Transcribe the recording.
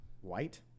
White